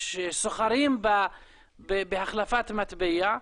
שסוחרים בהחלפת מטבע.